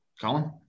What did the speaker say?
Colin